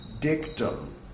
dictum